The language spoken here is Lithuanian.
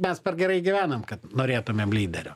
mes per gerai gyvenam kad norėtumėm lyderio